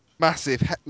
massive